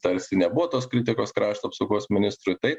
tarsi nebuvo tos kritikos krašto apsaugos ministrui tai